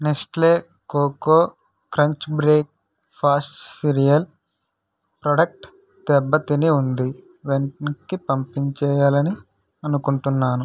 Nestle Koko Krunch breakfast cereal product దెబ్బ తిని ఉంది వెనక్కి పంపించేయాలని అనుకుంటున్నాను